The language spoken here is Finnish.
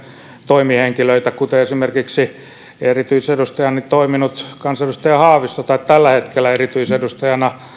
toimihenkilöitä kuten esimerkiksi erityisedustajanani toiminut kansanedustaja haavisto tai tällä hetkellä erityisedustajanani